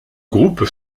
groupe